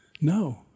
No